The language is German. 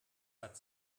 hat